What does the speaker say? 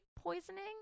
poisoning